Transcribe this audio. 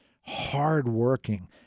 hardworking